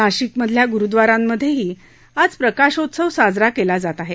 नाशिकमधल्या गुरुद्वारांमध्येही आज प्रकाशोत्सव साजरा केला जात आहे